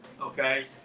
okay